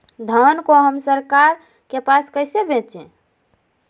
धान को हम सरकार के पास कैसे बेंचे?